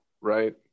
right